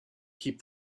keep